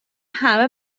همه